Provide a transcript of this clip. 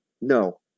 No